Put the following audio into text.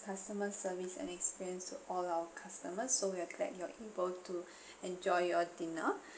customer service and experience to all our customers so we are glad you're able to enjoy your dinner